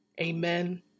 Amen